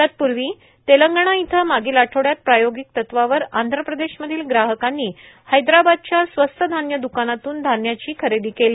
तत्पूर्वी तेलंगणा इथं मागील आठवडात प्रायोगिक तत्वावर आंध प्रदेश मधील ग्राहकांनी हैद्राबादच्या स्वस्त धान्य द्कानातून धान्याची खरेदी केली